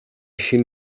хэн